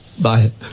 Bye